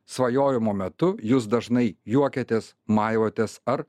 svajojimo metu jūs dažnai juokiatės maivotės ar